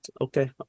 okay